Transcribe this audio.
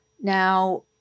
Now